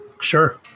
Sure